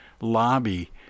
lobby